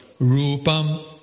Rupam